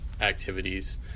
activities